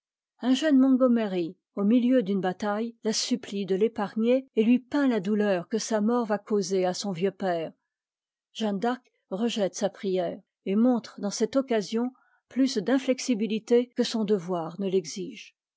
un jeune montgommery au milieu d'une bataille la supplie de l'épargner et lui peint la douleur que sa mort va causer à son vieux père jeanne d'arc rejette sa prière et montre dans cette occasion ptusd'indexibitité que son devoir ne l'exige